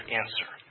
answer